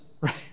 right